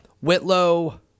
Whitlow